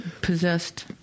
possessed